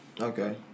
Okay